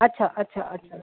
अच्छा अच्छा अच्छा